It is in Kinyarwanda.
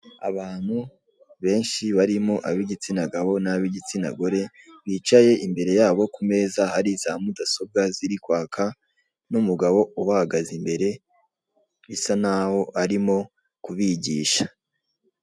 Abantu benshi barimo ab'igitsina gabo n'ab'igitsina gore bicaye imbere yabo kumeza hari za mudasobwa ziri kwaka imbere yabo n'umugabo bisa nk'aho ari kubigisha.